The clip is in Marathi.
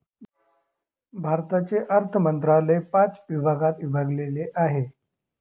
भारताचे अर्थ मंत्रालय पाच भागात विभागलेले आहे